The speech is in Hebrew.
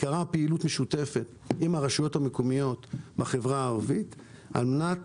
עיקרה פעילות משותפת עם הרשויות המקומיות בחברה הערבית על מנת